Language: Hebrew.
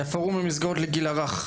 הפורום המסגרות לגיל הרך,